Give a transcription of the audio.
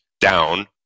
down